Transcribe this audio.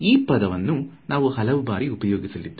ಈ ಪದವನ್ನು ನಾವು ಹಲವು ಬಾರಿ ಉಪಯೋಗಿಸಲಿದ್ದೇವೆ